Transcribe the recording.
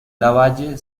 lavalle